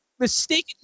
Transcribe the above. mistakenly